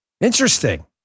Interesting